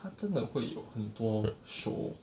他真的会有很多 show